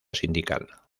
sindical